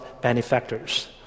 benefactors